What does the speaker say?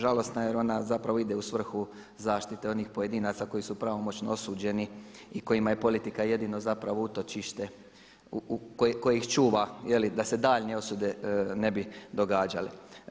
Žalosno jer ona zapravo ide u svrhu zaštite onih pojedinaca koji su pravomoćno osuđeni i kojima je politika jedino zapravo utočište koje ih čuva da se daljnje osude ne bi događale.